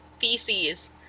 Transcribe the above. feces